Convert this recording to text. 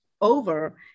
over